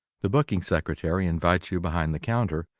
the booking secretary invites you behind the counter,